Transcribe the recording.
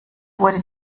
wurde